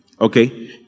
Okay